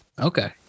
Okay